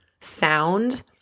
sound